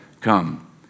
come